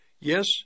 Yes